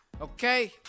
Okay